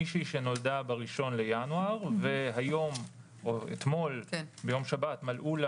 מישהי שנולדה ב-1 בינואר ואתמול מלאו לה